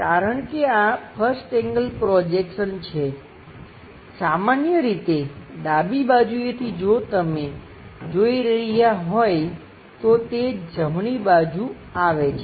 કારણ કે આ 1st એંગલ પ્રોજેક્શન છે સામાન્યરીતે ડાબી બાજુએથી જો તમે જોઈ રહ્યા હોય તો તે જમણી બાજુ આવે છે